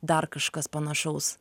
dar kažkas panašaus